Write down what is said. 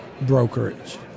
Brokerage